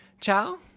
Ciao